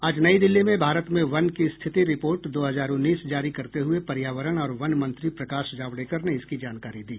आज नई दिल्ली में भारत में वन की स्थिति रिपोर्ट दो हजार उन्नीस जारी करते हुए पर्यावरण और वन मंत्री प्रकाश जावड़ेकर ने इसकी जानकारी दी